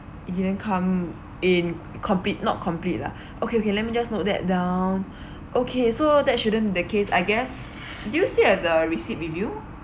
didn't come in complete not complete lah okay okay let me just note that down okay so that shouldn't the case I guess do you still have the receipt with you